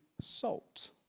salt